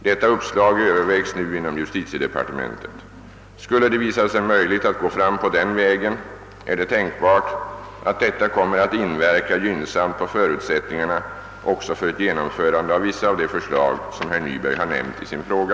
Detta uppslag övervägs nu inom justitiedepartementet. Skulle det visa sig möjligt att gå fram på den vägen, är det tänkbart att detta kommer att inverka gynnsamt på förutsättningarna också för ett genomförande av vissa av de förslag som herr Nyberg har nämnt i sin fråga.